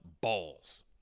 balls